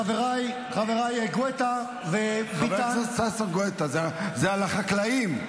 חבריי גואטה וביטן -- זה על החקלאים,